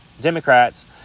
Democrats